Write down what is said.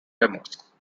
demos